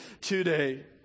today